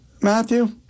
Matthew